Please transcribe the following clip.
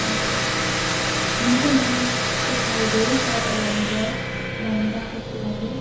हजुर हुन्छ म्याम तपाईँले मेरो धेरै सहायता गर्नु भयो धन्यवाद त्यसको लागि